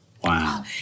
Wow